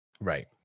right